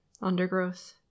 Undergrowth